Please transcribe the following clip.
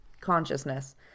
consciousness